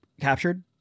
captured